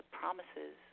promises